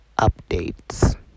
updates